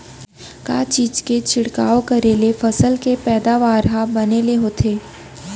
का चीज के छिड़काव करें ले फसल के पैदावार ह बने ले होथे?